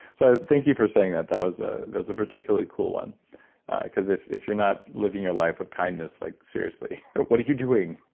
so thank you for saying that. that was ah that was a particularly cool one because if if you're not living your life with kindness, like seriously what are you doing?